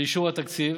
לאישור התקציב,